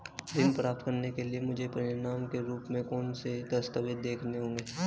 ऋण प्राप्त करने के लिए मुझे प्रमाण के रूप में कौन से दस्तावेज़ दिखाने होंगे?